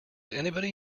anybody